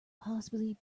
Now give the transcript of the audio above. possibly